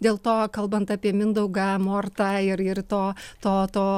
dėl to kalbant apie mindaugą mortą ir ir to to to